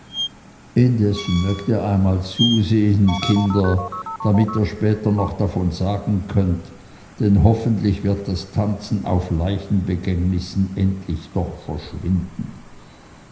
indessen mögt ihr einmal zusehen kinder damit ihr später noch davon sagen könnt denn hoffentlich wird das tanzen auf leichenbegängnissen endlich doch verschwinden